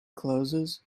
closes